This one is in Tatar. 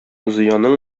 зыяның